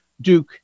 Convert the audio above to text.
Duke